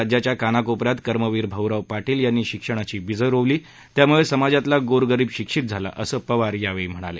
राज्याच्या कान्या कोप यात कर्मवीर भाऊराव पापील यांनी शिक्षणाचं बीज रोवलं त्यामुळे समाजातला गोर गरिब शिक्षित झाला असं पवार यावेळी म्हणाले